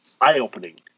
eye-opening